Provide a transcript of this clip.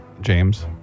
James